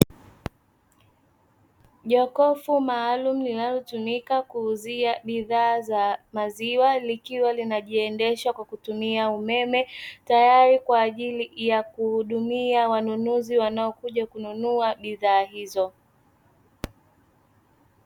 Jokofu maalumu linalotumika kuuzia bidhaa za maziwa, likiwa linajiendesha kwa kutumia umeme, tayari kwa ajili ya kuhudumia wanunuzi wanaokuja kununua bidhaa hizo.